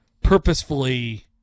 purposefully